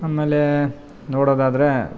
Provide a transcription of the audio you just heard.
ಆಮೇಲೆ ನೋಡೋದಾದರೆ